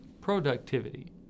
productivity